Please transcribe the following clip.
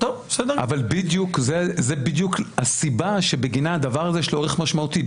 זו בדיוק הסיבה שבגינה לדבר הזה יש ערך משמעותי.